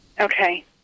Okay